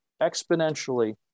exponentially